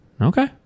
Okay